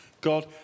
God